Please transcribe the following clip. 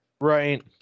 Right